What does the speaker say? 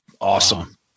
Awesome